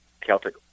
celtic